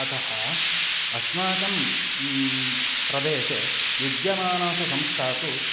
अतः अस्माकं प्रदेशे विद्यमानासु संस्थासु